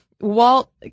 Walt